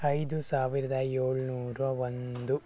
ಐದು ಸಾವಿರದ ಏಳು ನೂರ ಒಂದು